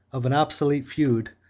of an obsolete feud,